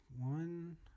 one